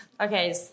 Okay